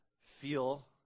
feel